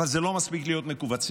אבל זה לא מספיק להיות מכווצים.